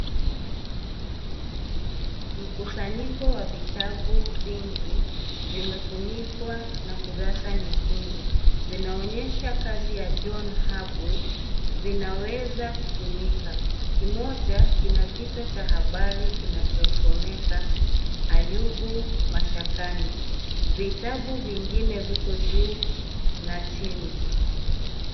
Mkusanyiko wa vitabu vingi vimefunikwa na kurasa nyekundu. Vinaonyesha kazi ya John Habwo. Vinaweza kutumika. Kimoja kina kichwa cha habari kinachosomeka 'Ayubu Mashakani'. Vitabu vingine viko juu na chini.